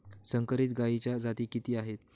संकरित गायीच्या जाती किती आहेत?